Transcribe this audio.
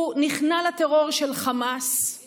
הוא נכנע לטרור של חמאס, אם